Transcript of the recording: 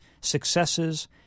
successes